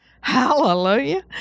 Hallelujah